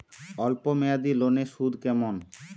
অল্প মেয়াদি লোনের সুদ কেমন?